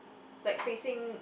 like facing